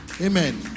Amen